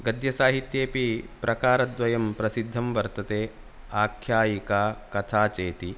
गद्यसाहित्येऽपि प्रकारद्वयं प्रसिद्धं वर्तते आख्यायिका कथा चेति